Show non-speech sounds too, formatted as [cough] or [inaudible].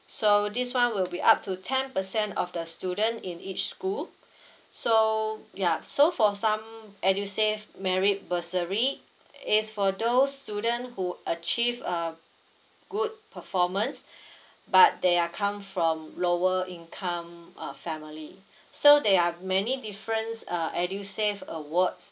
so this [one] will be up to ten percent of the student in each school so ya so for some edusave merit bursary is for those student who achieve uh good performance [breath] but they are come from lower income uh family so there are many different uh edusave awards